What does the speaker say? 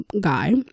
guy